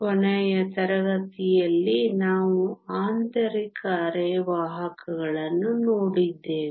ಕೊನೆಯ ತರಗತಿಯಲ್ಲಿ ನಾವು ಆಂತರಿಕ ಅರೆವಾಹಕಗಳನ್ನು ನೋಡಿದ್ದೇವೆ